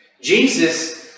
Jesus